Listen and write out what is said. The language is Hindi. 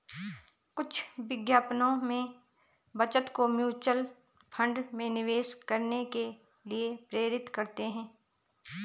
कुछ विज्ञापनों में बचत को म्यूचुअल फंड में निवेश करने के लिए प्रेरित करते हैं